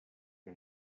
que